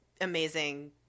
amazing